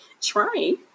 Trying